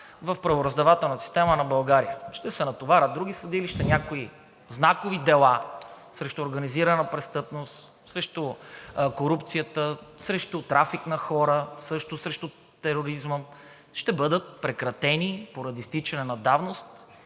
в правораздавателната система на България – ще се натоварят други съдилища, някои знакови дела срещу организираната престъпност, срещу корупцията, срещу трафик на хора също, срещу тероризма, ще бъдат прекратени поради изтичане на давност